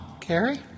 Carrie